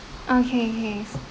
okay okay